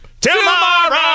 Tomorrow